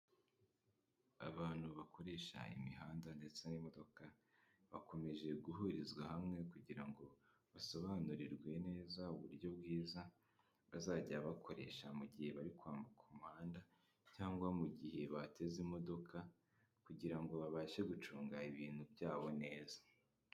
Abantu bakoresha imihanda ndetse n'imodoka bakomeje guhurizwa hamwe kugira basobanurirwe neza, uburyo bwiza bazajya bakoresha mu gihe bari kwambuka umuhanda, cyangwa mu gihe bateze imodoka kugira ngo babashe gucunga ibintu byabo neza.